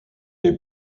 est